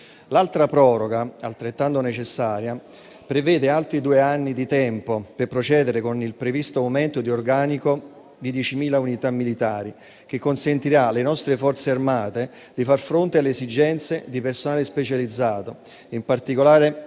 L'altra proroga, altrettanto necessaria, prevede altri due anni di tempo per procedere con il previsto aumento di organico di 10.000 unità militari, che consentirà alle nostre Forze armate di far fronte alle esigenze di personale specializzato, in particolare